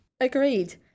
Agreed